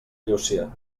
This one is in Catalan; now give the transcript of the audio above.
llúcia